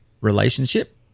relationship